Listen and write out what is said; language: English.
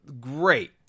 Great